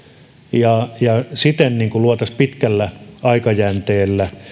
ja ja siten luotaisiin pitkällä aikajänteellä